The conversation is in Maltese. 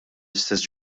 istess